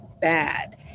bad